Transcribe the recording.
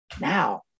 Now